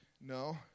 No